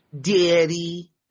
Daddy